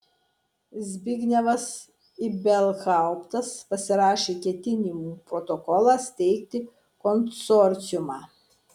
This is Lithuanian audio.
zbignevas ibelhauptas pasirašė ketinimų protokolą steigti konsorciumą